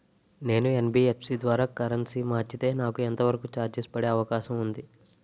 నేను యన్.బి.ఎఫ్.సి ద్వారా కరెన్సీ మార్చితే నాకు ఎంత వరకు చార్జెస్ పడే అవకాశం ఉంది?